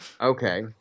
Okay